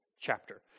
chapter